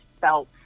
felt